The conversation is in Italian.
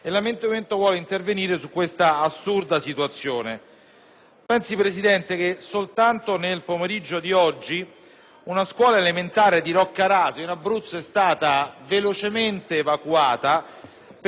signor Presidente, che, soltanto nel pomeriggio di oggi, una scuola elementare di Roccaraso in Abruzzo è stata velocemente evacuata perché un ingegnere scrupoloso e attento,